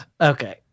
Okay